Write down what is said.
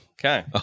okay